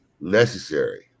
necessary